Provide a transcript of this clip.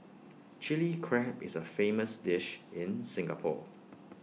Chilli Crab is A famous dish in Singapore